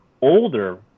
older